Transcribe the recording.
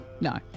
No